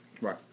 Right